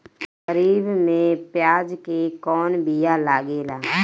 खरीफ में प्याज के कौन बीया लागेला?